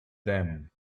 them